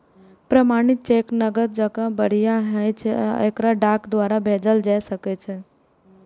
प्रमाणित चेक नकद जकां बढ़िया होइ छै आ एकरा डाक द्वारा भेजल जा सकै छै